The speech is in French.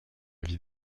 vie